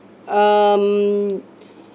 um